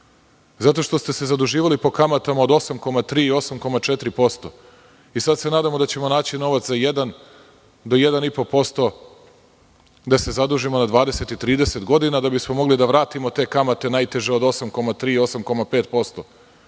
zato što ste se zaduživali po kamatama od 8,3% i 8,4% i sada se nadamo da ćemo naći novac do 1,5% da se zadužimo na 20, 30 godina da bismo mogli da vratimo te kamate najteže od 8,3% i 8,5%,